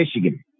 Michigan